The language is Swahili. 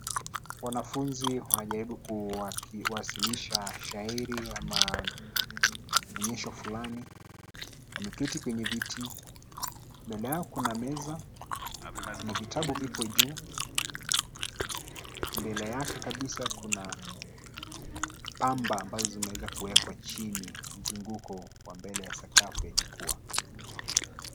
Wanafunzi wanajaribu kuwasilisha shairi ama onyesho fulani. Wameketi kwenye viti. Mbele yako kuna meza, kuna vita vipo juu, mbele yake kabisa kuna pamba ambazo zimeweza kuwekwa chini mzunguko wa mbele ya sakafu ya jukwaa.